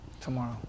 tomorrow